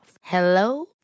Hello